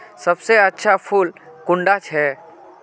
सबसे अच्छा फुल कुंडा छै?